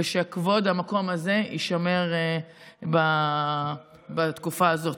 ושכבוד המקום הזה יישמר בתקופה הזאת.